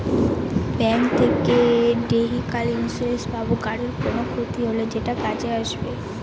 bank থেকে vehicle insurance পাব গাড়ির কোনো ক্ষতি হলে সেটা কাজে আসবে